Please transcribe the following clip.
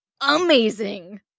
amazing